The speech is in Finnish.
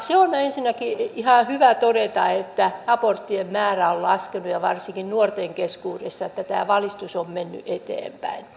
se on ensinnäkin ihan hyvä todeta että aborttien määrä on laskenut ja varsinkin nuorten keskuudessa niin että tämä valistus on mennyt eteenpäin